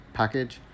package